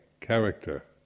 character